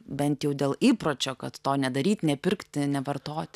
bent jau dėl įpročio kad to nedaryt nepirkti nevartoti